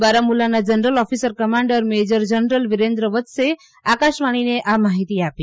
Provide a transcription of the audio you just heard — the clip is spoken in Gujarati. બારામુલાના general officer command major general Virendra વત્સે આકાશવાણીને આ માહિતી આપી